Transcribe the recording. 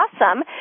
awesome